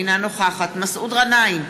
אינה נוכחת מסעוד גנאים,